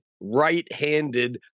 right-handed